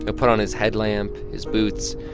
ah put on his headlamp, his boots.